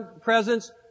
presence